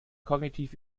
kognitiv